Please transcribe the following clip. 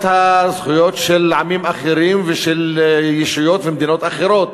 הזכויות של עמים אחרים ושל ישויות ומדינות אחרות.